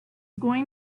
going